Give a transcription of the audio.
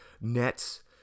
Nets